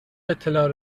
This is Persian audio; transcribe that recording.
اطلاع